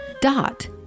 Dot